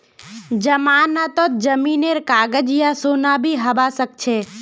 जमानतत जमीनेर कागज या सोना भी हबा सकछे